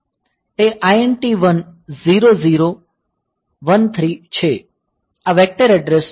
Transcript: તે INT1 0013 છે આ વેક્ટર એડ્રેસ છે